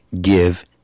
give